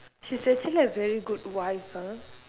she's actually a very good wife ah